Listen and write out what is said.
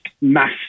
mass